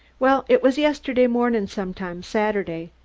well, it was yesterday mornin' sometime, saturday.